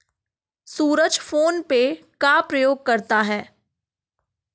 सूरज phone पे का प्रयोग करता है